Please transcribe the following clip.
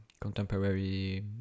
contemporary